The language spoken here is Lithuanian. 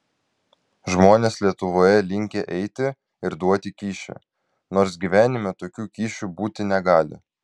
žmonės lietuvoje linkę eiti ir duoti kyšį nors gyvenime tokių kyšių būti negali